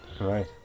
Right